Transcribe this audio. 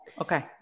okay